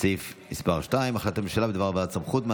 סעיף מס' 2: החלטת הממשלה בהתאם לסעיף 31(ב) בדבר